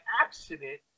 accident